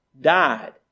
died